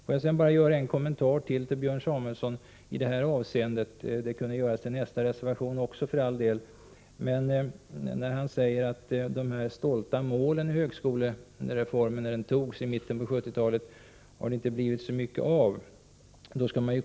Får jag sedan göra ytterligare en kommentar till Björn Samuelsons första reservation — den kunde för all del även gälla nästa reservation. Björn Samuelson säger att det inte har blivit så mycket av de stolta mål som man hade med högskolereformen, när den genomfördes i mitten på 1970-talet.